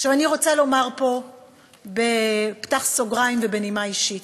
אני רוצה לומר פה ב"פתח סוגריים" ובנימה אישית: